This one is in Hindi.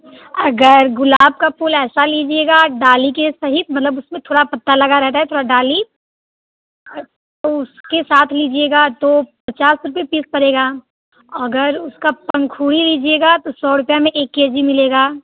अगर गुलाब का फूल ऐसा लीजिएगा डाली के सहित मतलब उसमें थोड़ा पत्ता लगा रहता है थोड़ा डाली और तो उसके साथ लीजिएगा तो पचास रुपए पीस पड़ेगा और अगर उसका पंखुड़ी लीजिएगा तो सौ रुपया में एक के जी मिलेगा